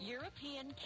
European